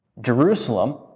Jerusalem